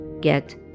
get